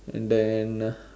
and then